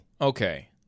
okay